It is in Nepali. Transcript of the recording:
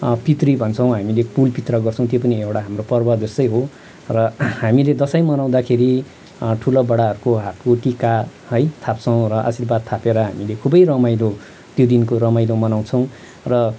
पितृ भन्छौँ हामीले कुल पित्र गर्छौँ त्यो पनि एउटा हाम्रो पर्व जस्तै हो र हामीले दसैँ मनाउँदाखेरि ठुलो बडाहरूको हातको टिका है थाप्छौँ र आर्शीवाद थापेर हामीले खुबै रमाइलो त्यो दिनको रमाइलो मनाउँछौँ र